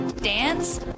dance